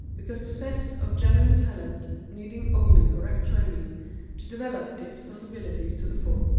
because possessed of genuine talent needing only correct training to develop its possibilities to the full.